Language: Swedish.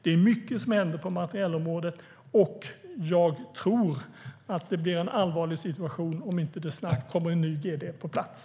Det är mycket som händer på materielområdet, och jag tror att det blir en allvarlig situation om det inte snabbt kommer en ny gd på plats.